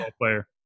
player